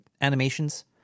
animations